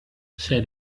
said